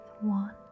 one